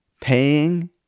Paying